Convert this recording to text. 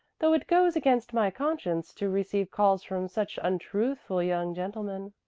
though it goes against my conscience to receive calls from such untruthful young gentlemen.